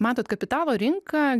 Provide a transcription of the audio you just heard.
matot kapitalo rinka